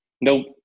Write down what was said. Nope